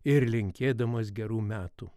ir linkėdamos gerų metų